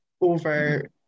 over